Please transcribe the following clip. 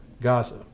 Gaza